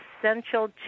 essential